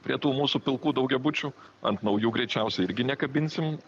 prie tų mūsų pilkų daugiabučių ant naujų greičiausiai irgi nekabinsim